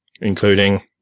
including